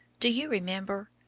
do you remember?